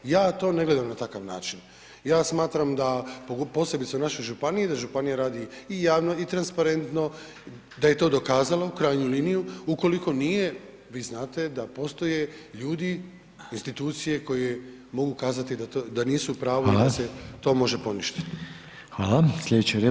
Ja to ne gledam na takav način, ja smatram da, posebice u našoj županiji, da županija radi i javno i transparentno, da je to dokazalo u krajnju liniju, ukoliko nije, vi znate da postoje ljudi, institucije koje mogu kazati da nisu u pravu [[Upadica: Hvala]] da se to može poništiti.